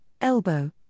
elbow